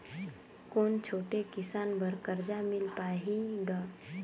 कौन छोटे किसान बर कर्जा मिल पाही ग?